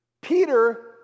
Peter